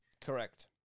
Correct